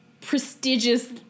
prestigious